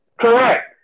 Correct